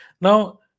Now